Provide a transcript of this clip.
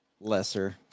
lesser